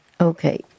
Okay